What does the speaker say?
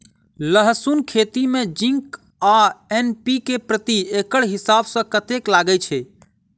लहसून खेती मे जिंक आ एन.पी.के प्रति एकड़ हिसाब सँ कतेक लागै छै?